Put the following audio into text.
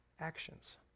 actions